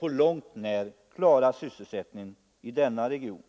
på långt när lyckats klara sysselsättningen i denna region.